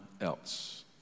else